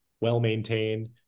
well-maintained